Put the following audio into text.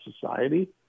society